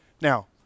Now